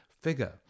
figure